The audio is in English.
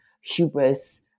Hubris